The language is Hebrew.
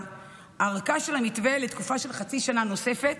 ארכה של המתווה לתקופה של חצי שנה נוספת,